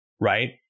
right